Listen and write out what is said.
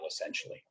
essentially